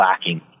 lacking